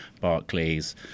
Barclays